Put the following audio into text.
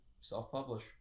self-publish